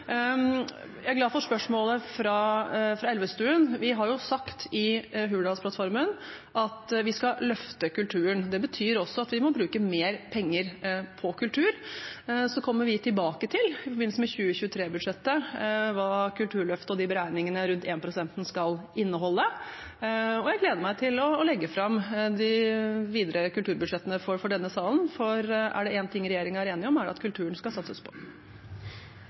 Jeg er glad for spørsmålet fra Elvestuen. Vi har sagt i Hurdalsplattformen at vi skal løfte kulturen, og det betyr også at vi må bruke mer penger på kultur. I forbindelse med 2023-budsjettet kommer vi tilbake til hva kulturløftet og beregningene rundt énprosenten skal inneholde. Jeg gleder meg til å legge fram for denne salen de videre kulturbudsjettene, for er det én ting regjeringen er enige om, er det at kulturen skal satses på.